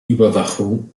überwachung